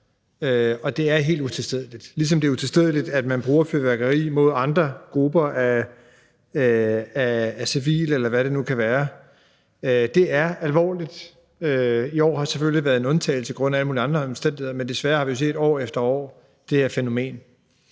og det er helt utilstedeligt, ligesom det er utilstedeligt, at man bruger fyrværkeri mod andre grupper af civile, eller hvem det nu kan være. Det er alvorligt. I år har selvfølgelig været en undtagelse grundet alle mulige andre omstændigheder, men desværre har vi jo set det her fænomen